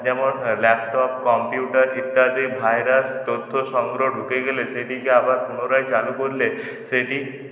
যেমন laptop computer ইত্যাদি virus তথ্য সংগ্রহ ঢুকে গেলে সেটিকে আবার পুনরায় চালু করলে সেটি